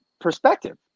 perspective